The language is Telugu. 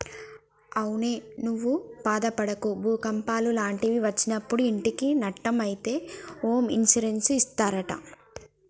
అవునే నువ్వు బాదపడకు భూకంపాలు లాంటివి ఒచ్చినప్పుడు ఇంటికి నట్టం అయితే హోమ్ ఇన్సూరెన్స్ ఇస్తారట